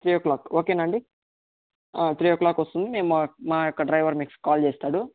three o'clock ఓకేనా అండి ఆ త్రీ ఓ క్లాక్కి వస్తుంది మా యొక్క డ్రైవరు మీకు కాల్ చేస్తాడు